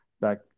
back